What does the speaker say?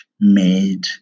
made